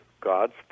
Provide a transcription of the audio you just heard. God's